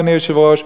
אדוני היושב-ראש.